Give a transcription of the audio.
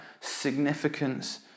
significance